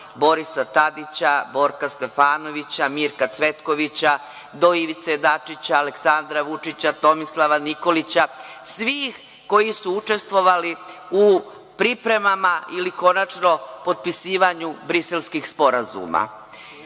Borisa Tadića, Borka Stefanovića, Mirka Cvetkovića do Ivice Dačića, Aleksandra Vučića, Tomislava Nikolića, svih koji su učestvovali u pripremama ili konačno potpisivanju Briselskih sporazuma?